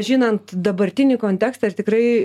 žinant dabartinį kontekstą ir tikrai